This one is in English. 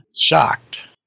Shocked